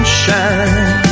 shine